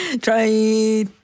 Try